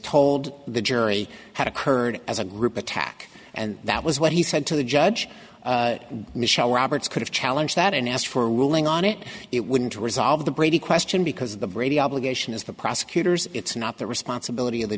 told the jury had occurred as a group attack and that was what he said to the judge michele roberts could challenge that and ask for a ruling on it it wouldn't resolve the brady question because the brady obligation is the prosecutors it's not the responsibility